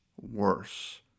worse